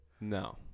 No